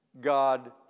God